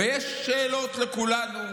ויש שאלות לכולנו.